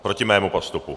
Proti mému postupu.